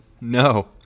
No